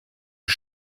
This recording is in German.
die